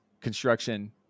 construction